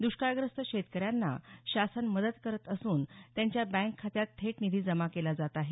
दुष्काळग्रस्त शेतकऱ्यांना शासन मदत करत असून त्यांच्या बँक खात्यात थेट निधी जमा केला जात आहे